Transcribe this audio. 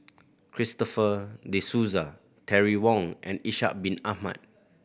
Christopher De Souza Terry Wong and Ishak Bin Ahmad